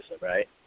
right